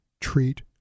treat